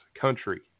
Country